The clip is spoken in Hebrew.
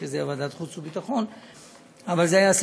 אחרי כן זה היה בוועדת החוץ והביטחון,